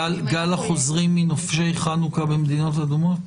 גל החוזרים מנופשי חנוכה במדינות אדומות.